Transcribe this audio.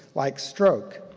like stroke,